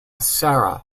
sara